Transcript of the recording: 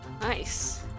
Nice